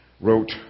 wrote